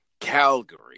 Calgary